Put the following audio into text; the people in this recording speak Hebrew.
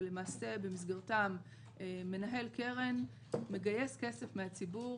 ולמעשה במסגרתם מנהל קרן מגייס כסף מהציבור